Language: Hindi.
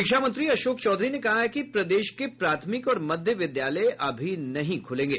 शिक्षा मंत्री अशोक चौधरी ने कहा है कि प्रदेश के प्राथमिक और मध्य विद्यालय अभी नहीं खुलेंगे